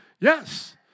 Yes